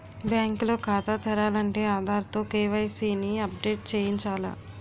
bank లో ఖాతా తెరాలంటే ఆధార్ తో కే.వై.సి ని అప్ డేట్ చేయించాల